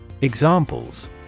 Examples